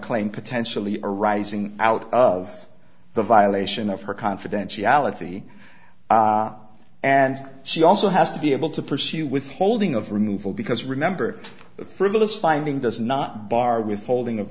claim potentially arising out of the violation of her confidentiality and she also has to be able to pursue withholding of removal because remember the frivolous finding does not bar withholding of